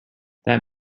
that